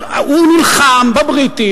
הוא נלחם בבריטים.